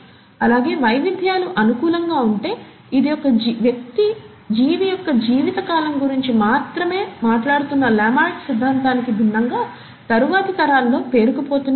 అలాగే వైవిధ్యాలు అనుకూలంగా ఉంటే ఇది ఒక వ్యక్తి జీవి యొక్క జీవితకాలం గురించి మాత్రమే మాట్లాడుతున్న లమార్క్ సిద్ధాంతానికి భిన్నంగా తరువాతి తరాలలో పేరుకుపోతూనే ఉంటుంది